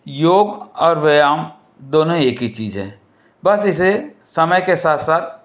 योग और व्यायाम दोनों एक ही चीज़ हैं बस इसे समय के साथ साथ